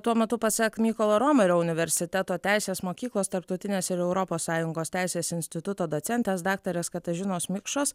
tuo metu pasak mykolo romerio universiteto teisės mokyklos tarptautinės ir europos sąjungos teisės instituto docentės daktarės katažinos mikšos